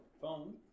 phone